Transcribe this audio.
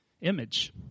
image